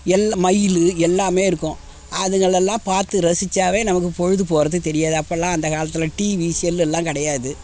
எல்லா மயில் எல்லாமே இருக்கும் அதுகளெல்லாம் பார்த்து ரசிச்சாலே நமக்கு பொழுது போகிறதே தெரியாது அப்போல்லாம் அந்தக் காலத்தில் டிவி செல்லெல்லாம் கிடையாது